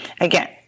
Again